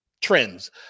trends